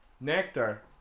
nectar